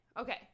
Okay